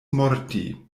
morti